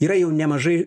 yra jau nemažai